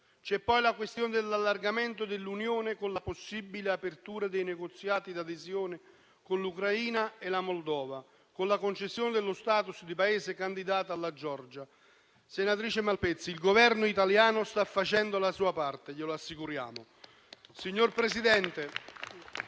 C'è poi la questione dell'allargamento dell'Unione, con la possibile apertura dei negoziati di adesione con l'Ucraina e la Moldova e con la concessione dello *status* di Paese candidato alla Georgia. Senatrice Malpezzi, il Governo italiano sta facendo la sua parte, glielo assicuriamo.